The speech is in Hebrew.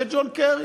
זה ג'ון קרי.